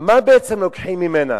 מה בעצם לוקחים ממנה?